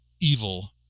evil